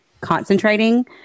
concentrating